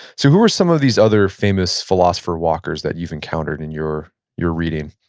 so who were some of these other famous philosopher walkers that you've encountered in your your reading?